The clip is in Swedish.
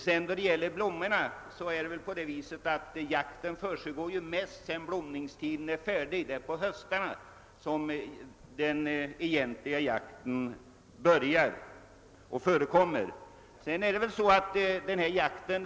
Vad beträffar blommorna vill jag påpeka att jakten mest försiggår sedan blomningstiden är över. Det är på hösten som den egentliga jakten förekommer.